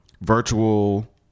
virtual